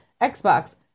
Xbox